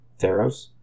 Theros